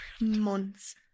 months